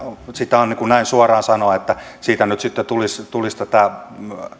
sitä on näin suoraan sanoa että siitä nyt sitten tulisi tätä